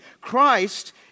Christ